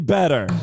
better